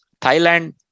Thailand